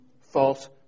false